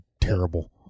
terrible